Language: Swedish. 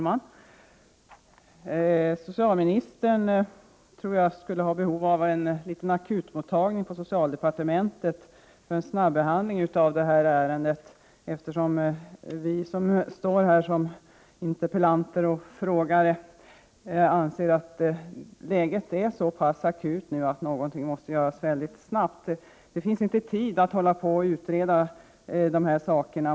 Herr talman! Jag tror att socialministern har behov av en liten akutmottagning på socialdepartementet för en snabbehandling av ärendet. Vi som står här som interpellanter och frågare anser att läget är så akut att något måste göras snabbt. Det finns inte tid att utreda dessa frågor.